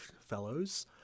fellows